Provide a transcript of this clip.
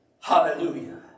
Hallelujah